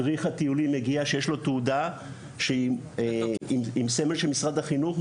מדריך הטיולים מגיע שיש לו תעודה שהיא עם סמל של משרד החינוך,